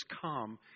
come